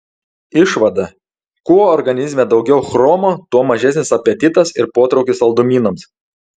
išvada kuo organizme daugiau chromo tuo mažesnis apetitas ir potraukis saldumynams